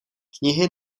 knihy